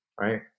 right